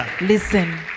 Listen